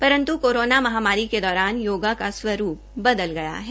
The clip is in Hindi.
परंतु कोरोना महामारी के दौरान योगा का स्वरूप बदल गया है